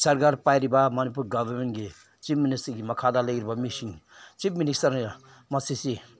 ꯁꯔꯀꯥꯔ ꯄꯥꯏꯔꯤꯕ ꯃꯅꯤꯄꯨꯔ ꯒꯣꯕꯔꯃꯦꯟꯒꯤ ꯆꯤꯐ ꯃꯤꯅꯤꯁꯇꯔꯒꯤ ꯃꯈꯥꯗ ꯂꯩꯔꯤꯕ ꯃꯤꯁꯤꯡ ꯆꯤꯐ ꯃꯤꯅꯤꯁꯇꯔꯅꯦ ꯃꯁꯤꯁꯤ